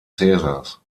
caesars